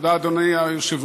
תודה, אדוני היושב-ראש.